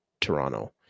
Toronto